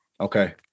Okay